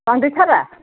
बांद्रायथारा